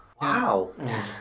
Wow